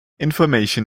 information